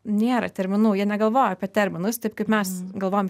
nėra terminų jie negalvoja apie terminus taip kaip mes galvojam